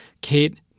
Kate